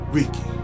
Ricky